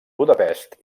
budapest